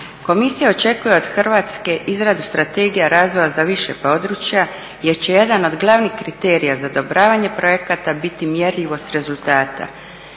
Komisija očekuje od Hrvatske izradu strategija razvoja za više područja jer će jedan od glavnih kriterija za odobravanje projekata biti mjerljivost rezultata.